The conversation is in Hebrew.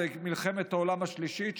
זה מלחמת העולם השלישית,